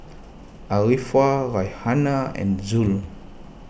Arifa Raihana and Zul